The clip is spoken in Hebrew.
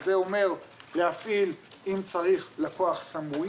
זה אומר להפעיל אם צריך לקוח סמוי